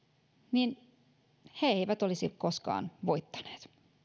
he eivät olisi koskaan voittaneet